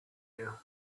you